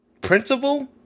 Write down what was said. principal